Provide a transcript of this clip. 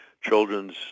children's